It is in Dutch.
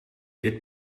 dit